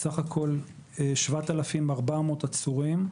בסך הכול 7,400 עצורים.